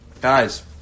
Guys